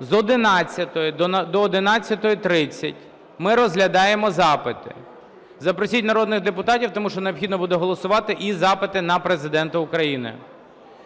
З 11-ї до 11:30 ми розглядаємо запити. Запросіть народних депутатів, тому що необхідно буде голосувати і запити на Президента України.